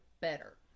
better